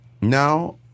now